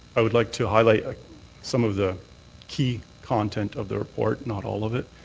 i would like to highlight some of the key content of the report. not all of it.